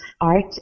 art